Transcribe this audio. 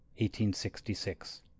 1866